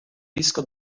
disco